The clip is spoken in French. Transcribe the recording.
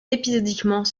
épisodiquement